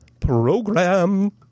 program